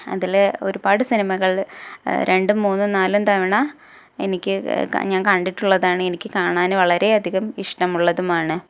അതിൽ ഒരുപാട് സിനിമകൾ രണ്ടും മൂന്നും നാലും തവണ എനിക്ക് ഞാൻ കണ്ടിട്ടുള്ളതാണ് എനിക്ക് കാണാനും വളരെയധികം ഇഷ്ടമുള്ളതുമാണ്